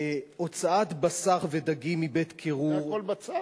הוצאת בשר ודגים מבית-קירור, זה הכול בצו?